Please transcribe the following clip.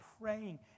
praying